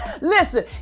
Listen